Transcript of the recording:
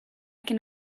can